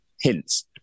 hints